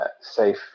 safe